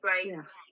place